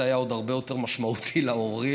זה היה עוד הרבה יותר משמעותי להורים.